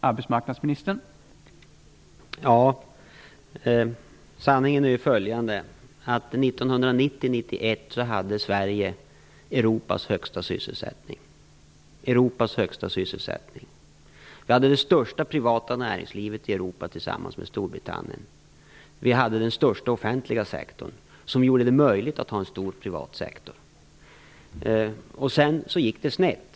Herr talman! Sanningen är att Sverige under åren 1990-1991 hade Europas högsta sysselsättning. Vi hade det största privata näringslivet i Europa, tillsammans med Storbritannien. Vi hade den största offentliga sektorn, vilket gjorde det möjligt att ha en stor privat sektor. Sedan gick det snett.